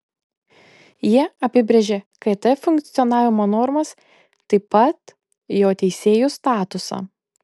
jie apibrėžia kt funkcionavimo normas taip pat jo teisėjų statusą